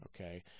okay